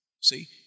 See